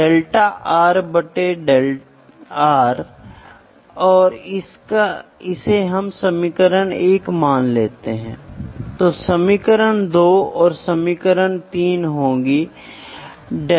इसलिए यदि आप एक वर्नियर कैलिपर डालते हैं तो यह कुछ इस तरह दिखाई देगा